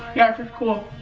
yeah, she's cool